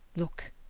look!